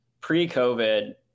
pre-COVID